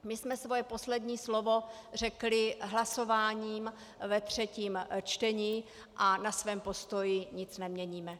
My jsme svoje poslední slovo řekli hlasováním ve třetím čtení a na svém postoji nic neměníme.